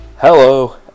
Hello